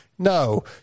No